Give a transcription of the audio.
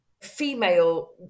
female